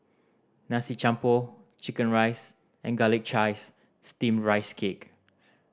Nasi Campur chicken rice and Garlic Chives Steamed Rice Cake